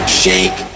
shake